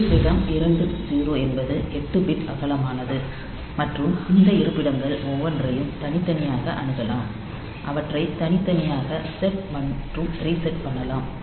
இருப்பிடம் 20 என்பது எட்டு பிட் அகலமானது மற்றும் இந்த இருப்பிடங்கள் ஒவ்வொன்றையும் தனித்தனியாக அணுகலாம் அவற்றை தனித்தனியாக செட் மற்றும் ரீசெட் பண்ணலாம்